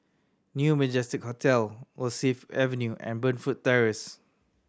New Majestic Hotel Rosyth Avenue and Burnfoot Terrace